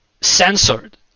censored